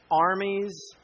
armies